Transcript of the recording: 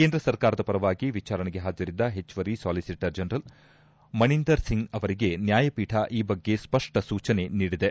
ಕೇಂದ್ರ ಸರ್ಕಾರದ ಪರವಾಗಿ ವಿಚಾರಣೆಗೆ ಹಾಜರಿದ್ದ ಹೆಚ್ಚುವರಿ ಸಾಲಿಸಿಟರ್ ಜನರಲ್ ಮಣಿಂದರ್ ಸಿಂಗ್ ಅವರಿಗೆ ನ್ಯಾಯಪೀಠ ಈ ಬಗ್ಗೆ ಸ್ಪಷ್ಟ ಸೂಚನೆ ನೀಡಿದೆ